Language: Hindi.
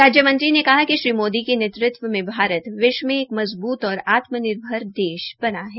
राजय मंत्री ने कहा कि श्री मोदी के नेतृत्व में भारत विश्व में एक मजबूत और आत्मनिर्भर देश बना है